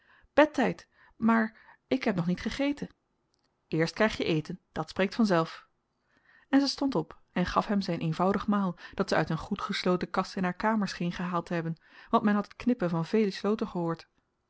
bedtyd maar ik heb nog niet gegeten eerst kryg je eten dat spreekt vanzelf en ze stond op en gaf hem zyn eenvoudig maal dat ze uit een goed gesloten kast in haar kamer scheen gehaald te hebben want men had het knippen van vele sloten gehoord